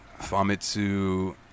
Famitsu